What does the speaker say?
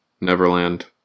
Neverland